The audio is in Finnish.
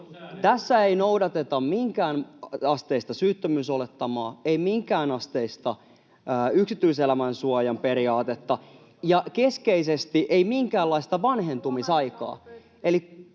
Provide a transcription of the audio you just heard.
noudateta minkään asteista syyttömyysolettamaa, ei minkäänasteista yksityiselämän suojan periaatetta ja keskeisesti ei minkäänlaista vanhentumisaikaa,